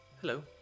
hello